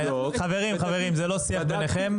חברים, זה לא שיח ביניכם.